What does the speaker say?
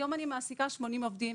היום אני מעסיקה 80 עובדים,